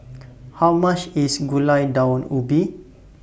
How much IS Gulai Daun Ubi